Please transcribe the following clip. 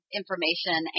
information